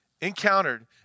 encountered